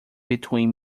between